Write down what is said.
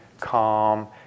calm